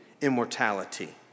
immortality